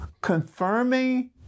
confirming